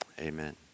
Amen